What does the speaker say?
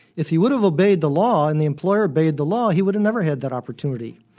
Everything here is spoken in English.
if he would've obeyed the law and the employer obeyed the law he would've never had that opportunity.